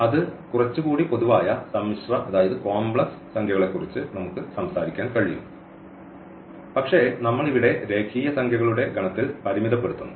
അത് കുറച്ചുകൂടി പൊതുവായ സമ്മിശ്ര കോംപ്ലക്സ് സംഖ്യകളെക്കുറിച്ച് നമുക്ക് സംസാരിക്കാൻ കഴിയും പക്ഷേ നമ്മൾ ഇവിടെ രേഖീയ സംഖ്യകളുടെ ഗണത്തിൽ പരിമിതപ്പെടുത്തുന്നു